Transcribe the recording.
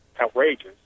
outrageous